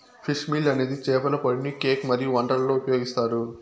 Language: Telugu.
ఫిష్ మీల్ అనేది చేపల పొడిని కేక్ మరియు వంటలలో ఉపయోగిస్తారు